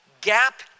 gap